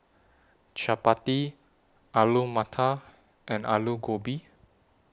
Chapati Alu Matar and Alu Gobi